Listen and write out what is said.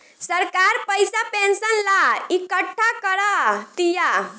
सरकार पइसा पेंशन ला इकट्ठा करा तिया